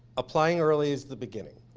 applying early is the beginning.